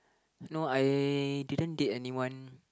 no I didn't date anyone